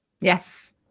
Yes